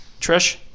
Trish